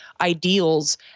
ideals